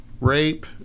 rape